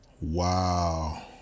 Wow